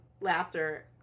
laughter